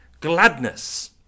gladness